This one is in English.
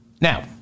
Now